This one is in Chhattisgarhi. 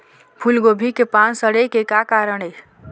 फूलगोभी के पान सड़े के का कारण ये?